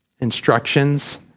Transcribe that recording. instructions